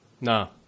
No